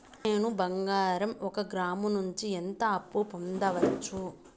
నేను బంగారం ఒక గ్రాము నుంచి ఎంత అప్పు పొందొచ్చు